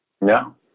No